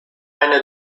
eine